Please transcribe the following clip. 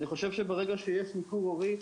אני חושב שברגע שיש ניכור הורי,